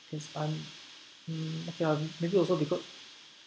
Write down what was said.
this one mm ya maybe also because